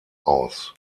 aus